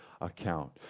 account